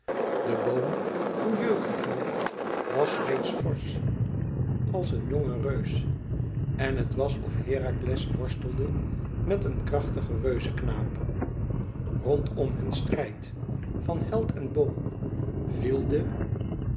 de boom hoe jeugdig nog was reeds forsch als een jonge reus en het was of herakles worstelde met een krachtigen reuzeknaap rondom hun strijd van held en boom viel de